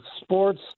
sports